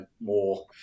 more